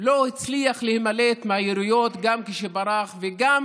לא הצליח להימלט מהיריות גם כשברח וגם